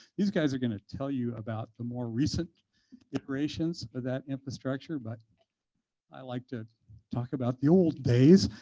these guys are going to tell you about the more recent iterations of that infrastructure, but i like to talk about the old days.